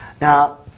Now